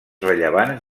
rellevants